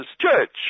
church